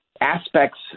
aspects